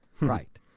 right